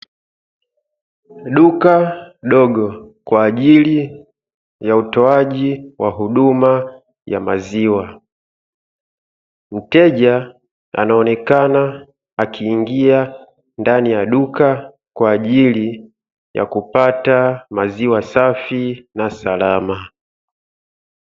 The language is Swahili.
Duka dogo kwa ajili ya utoaji wa huduma ya maziwa, mteja anaonekana akiingia ndani ya duka kwa ajili ya kupata maziwa safi na salama.